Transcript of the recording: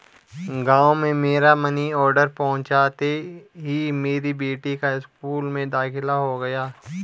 गांव में मेरा मनी ऑर्डर पहुंचते ही मेरी बेटी का स्कूल में दाखिला हो गया